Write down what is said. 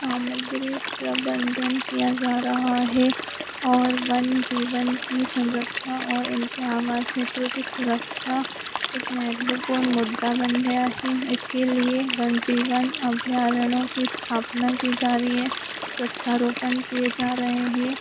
सामग्री प्रबंधन किया जा रहा है और वन्य जीवन की संरक्षण और उनके आवास क्षेत्रों की सुरक्षा एक महत्वपूर्ण मुद्दा बन गया है इसके लिए वन जीवन अभ्यारण्यों की स्थापना की जा रही है वृक्षारोपण किया जा रहे हैं